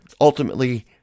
ultimately